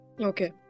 Okay